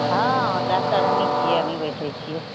हँ डाक्टर हमही छियै हमही बैठै छियै